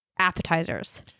appetizers